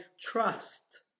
trust